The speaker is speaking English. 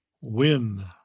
win